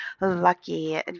lucky